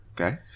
Okay